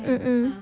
mm mm